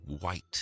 white